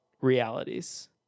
realities